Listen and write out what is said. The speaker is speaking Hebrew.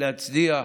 להצדיע,